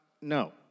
no